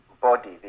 body